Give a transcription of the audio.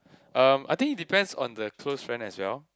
um I think it depends on the close friend as well